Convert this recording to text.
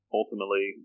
ultimately